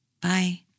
Bye